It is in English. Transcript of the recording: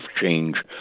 change